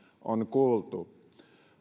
on kuultu